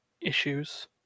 issues